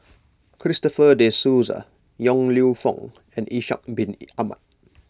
Christopher De Souza Yong Lew Foong and Ishak Bin Ahmad